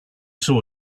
saw